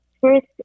First